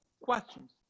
questions